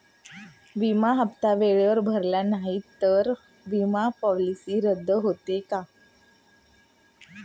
विमा हप्ते वेळेवर भरले नाहीत, तर विमा पॉलिसी रद्द होते का?